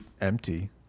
empty